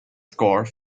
score